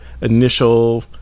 initial